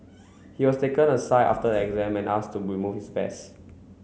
he was taken aside after the exam and asked to remove his vest